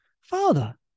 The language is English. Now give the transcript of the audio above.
father